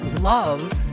love